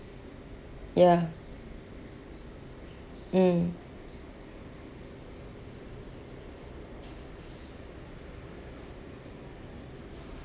ya mm